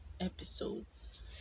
episodes